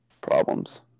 Problems